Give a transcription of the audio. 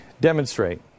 demonstrate